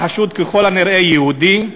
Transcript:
החשוד, ככל הנראה יהודי,